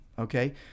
okay